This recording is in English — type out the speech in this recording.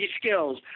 skills